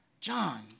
John